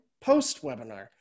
post-webinar